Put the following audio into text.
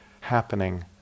happening